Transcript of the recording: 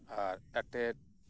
ᱟᱨ ᱮᱴᱮᱫ